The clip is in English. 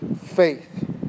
Faith